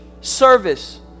service